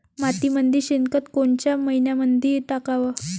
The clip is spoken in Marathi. मातीमंदी शेणखत कोनच्या मइन्यामंधी टाकाव?